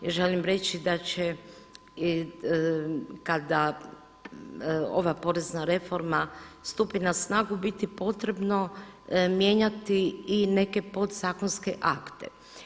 Ja želim reći da će, kada ova porezna reforma stupi na snagu, biti potrebno mijenjati i neke podzakonske akte.